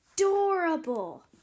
Adorable